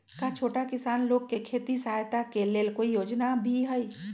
का छोटा किसान लोग के खेती सहायता के लेंल कोई योजना भी हई?